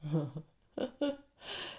!huh!